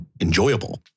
enjoyable